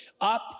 up